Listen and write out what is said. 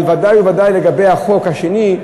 אבל ודאי וודאי לגבי החוק השני,